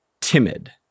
Timid